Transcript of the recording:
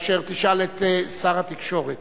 אשר תשאל את שר התקשורת.